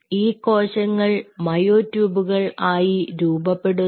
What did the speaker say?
ഈ കോശങ്ങൾ മയോ ട്യൂബുകൾ ആയി രൂപപ്പെടുന്നു